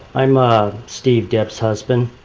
i am ah steve, debbie's husband.